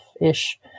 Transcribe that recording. ish